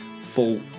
full